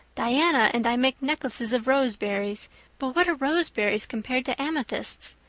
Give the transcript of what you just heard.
diana and i make necklaces of roseberries but what are roseberries compared to amethysts?